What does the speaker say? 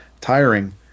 tiring